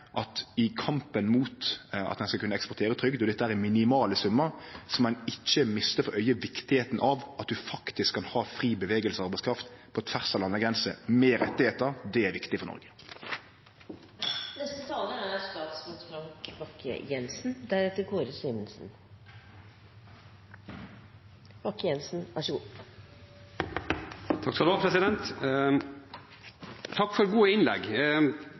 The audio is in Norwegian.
at i kampen mot at ein skal kunne eksportere trygd – og dette er minimale summar – må ein ikkje miste for auga viktigheita av at ein faktisk kan ha fri bevegelse av arbeidskraft på tvers av landegrenser, med rettar. Det er viktig for Noreg. Takk for gode innlegg.